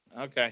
Okay